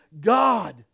God